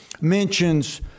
mentions